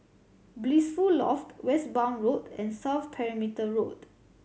Blissful Loft Westbourne Road and South Perimeter Road